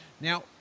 Now